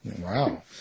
Wow